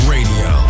Radio